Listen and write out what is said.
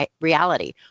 reality